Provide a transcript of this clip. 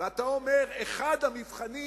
ואתה אומר שאחד המבחנים